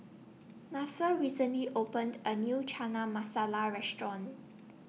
Nasir recently opened A New Chana Masala Restaurant